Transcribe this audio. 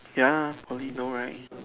ya Poly no right